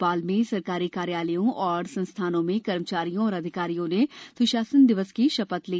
भोपाल में सरकारी कार्यालयों ओर संस्थानों में कर्मचारियों और अधिकारियों ने सुशासन दिवस की शपथ ली